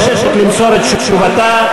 מבקשת למסור את תשובתה.